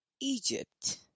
Egypt